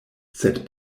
sed